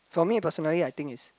for me personally I think is